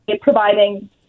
providing